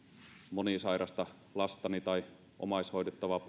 monisairasta lastani tai omaishoidettavaa